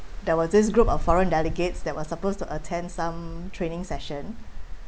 there was this group of foreign delegates that were supposed to attend some training session